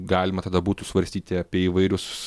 galima tada būtų svarstyti apie įvairius